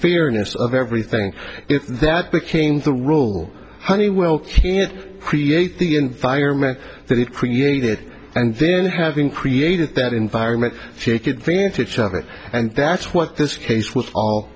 unfairness of everything if that became the rule honeywell can't create the environment that it created and then having created that environment fake advantage of it and that's what this case was all